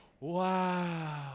Wow